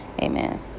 Amen